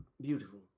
beautiful